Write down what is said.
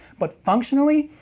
but functionally,